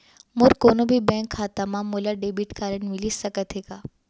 मोर कोनो भी बैंक खाता मा मोला डेबिट कारड मिलिस सकत हे का?